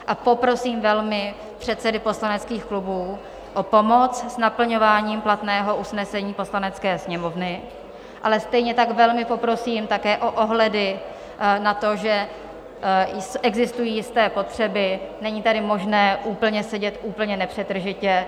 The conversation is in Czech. A poprosím velmi předsedy poslaneckých klubů o pomoc s naplňováním platného usnesení Poslanecké sněmovny, ale stejně tak velmi poprosím také o ohledy na to, že existují jisté potřeby, není tady možné sedět úplně nepřetržitě, logicky.